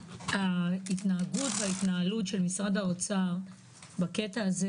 ההתנהגות וההתנהלות של משרד האוצר בקטע הזה,